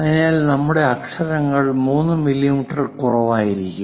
അതിനാൽ നമ്മുടെ അക്ഷരങ്ങൾ 3 മില്ലിമീറ്ററിൽ കുറവായിരിക്കണം